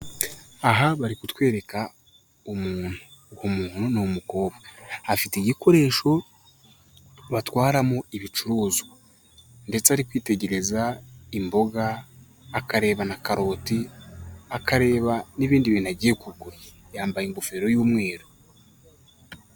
Aha bari kutwereka umuntu, umuntu ni umukobwa, afite igikoresho batwaramo ibicuruzwa ndetse ari kwitegereza imboga akareba na karoti, akareba n'ibindi bintu agiye kugura yambaye ingofero y'umweru.